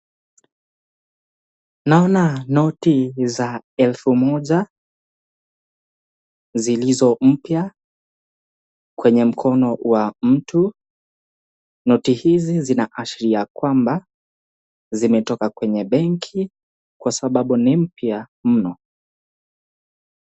Naona noti za elfu moja zilizo mpya kwenye mkono wa mtu, noti hizi zinaashiria kwamba zimetoka kwenye benki kwa sababu ni mpya mno.